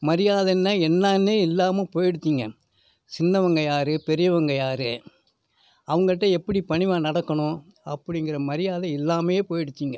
மரியாதைன்னா என்னன்னே இல்லாமல் போயிடுச்சிங்க சின்னவங்க யார் பெரியவங்க யார் அவங்கள்கிட்ட எப்படி பணிவாக நடக்கணும் அப்படிங்கிற மரியாதை இல்லாமையே போயிடுச்சுங்க